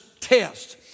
test